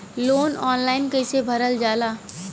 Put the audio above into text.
Loan online कइसे भरल जाला?